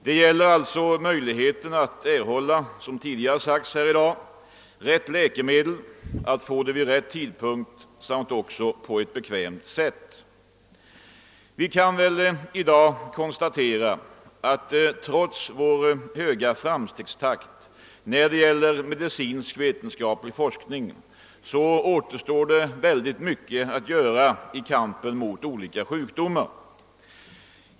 Det gäller alltså möjligheten att erhålla — som tidigare framhållits här i dag — rätt läkemedel, att få dem vid rätt tidpunkt samt på ett bekvämt sätt. Vi kan i dag konstatera att trots vår höga framstegstakt när det gäller medicinsk-vetenskaplig forskning återstår mycket att göra i kampen mot olika sjukdomar.